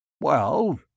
Well